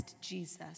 Jesus